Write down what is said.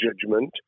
judgment